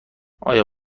آیا